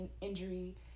injury